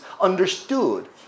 understood